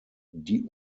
die